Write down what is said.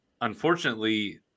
unfortunately